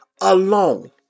alone